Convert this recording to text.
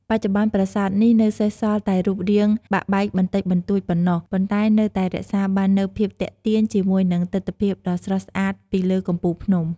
បច្ចុប្បន្ន ប្រាសាទនេះនៅសេសសល់តែរូបរាងបាក់បែកបន្តិចបន្តួចប៉ុណ្ណោះ ប៉ុន្តែនៅតែរក្សាបាននូវភាពទាក់ទាញជាមួយនឹងទិដ្ឋភាពដ៏ស្រស់ស្អាតពីលើកំពូលភ្នំ។